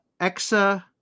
Exa